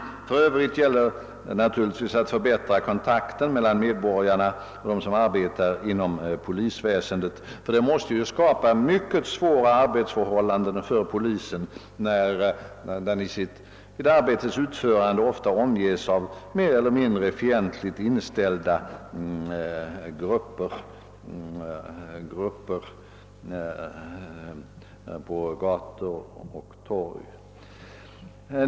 I övrigt gäller det naturligtvis att förbättra kontakten mellan medborgarna och dem som arbetar inom polisväsendet; att poliserna vid sitt arbetes utförande ofta omges av mer eller mindre fientligt inställda grupper på gator och torg måste ju skapa mycket svåra arbetsförhållanden för dem.